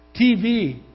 TV